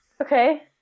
Okay